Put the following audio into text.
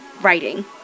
writing